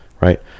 right